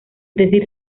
decir